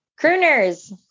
Crooners